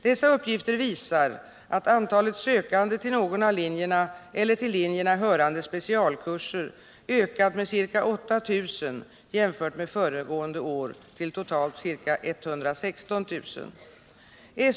Dessa uppgifter visar att antalet sökande till någon av linjerna eller till linjerna hörande till specialkurser ökat med ca 8 000 jämfört med föregående år, till totalt ca 116 000.